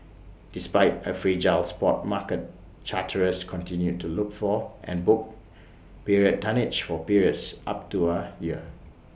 despite A fragile spot market charterers continued to look for and book period tonnage for periods up to A year